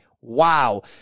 Wow